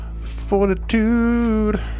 Fortitude